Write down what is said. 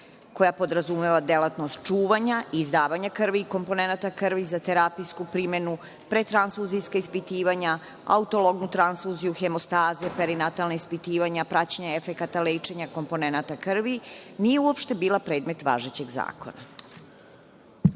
koja podrazumeva delatnost čuvanja i izdavanja krvi i komponenata krvi za terapijsku primenu, pretransfuzijska ispitivanja, autolognu transfuziju, hemostaze, perinatalna ispitivanja, praćenje efekata lečenja komponenata krvi nije uopšte bila predmet važećeg zakona. Ono